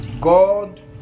god